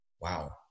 Wow